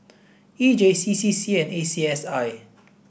E J C C C A and A C S I